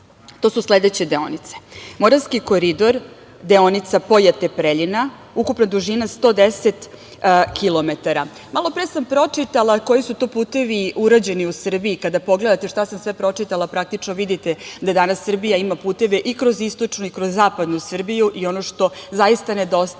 To su sledeće deonice: Moravski koridor, deonica Pojate-Preljina, ukupna dužina 110 kilometara. Malopre sam pročitala koji su to putevi urađeni u Srbiji. Kada pogledate šta sam sve pročitala, praktično vidite da danas Srbija ima puteve i kroz istočnu i kroz zapadnu Srbiju i ono što zaista nedostaje